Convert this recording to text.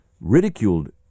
ridiculed